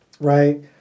right